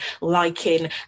liking